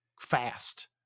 fast